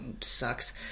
sucks